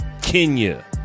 Kenya